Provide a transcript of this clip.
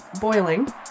Boiling